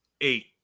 Eight